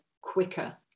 quicker